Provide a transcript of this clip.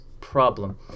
problem